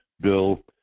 bill